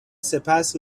سپس